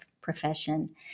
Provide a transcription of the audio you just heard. profession